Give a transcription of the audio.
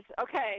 okay